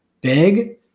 big